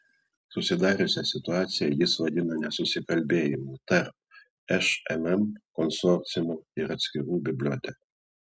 susidariusią situaciją jis vadina nesusikalbėjimu tarp šmm konsorciumo ir atskirų bibliotekų